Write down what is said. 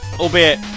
Albeit